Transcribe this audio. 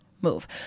move